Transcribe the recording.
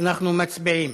אנחנו מצביעים.